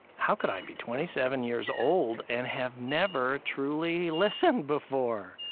how could i be twenty seven years old and have never truly listened before?